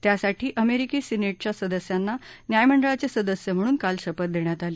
त्यासाठी अमेरिकी सिनेटच्या सदस्यांना न्यायमंडळाचे सदस्य म्हणून काल शपथ देण्यात आली